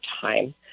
time